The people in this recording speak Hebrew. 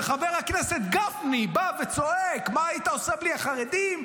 כשחבר הכנסת גפני בא וצועק: מה היית עושה בלי החרדים,